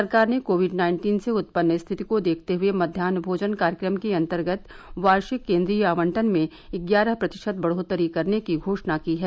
सरकार ने COVID nineteen से उत्पन्न स्थिति को देखते हुए मध्याहन भोजन कार्यक्रम के अंतर्गत वार्षिक केंद्रीय आवंटन में ग्यारह प्रतिशत बढ़ोत्तरी करने की घोषणा की है